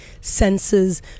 senses